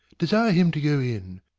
desire him to go in.